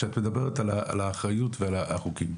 כשאת מדברת על האחריות ועל החוקים,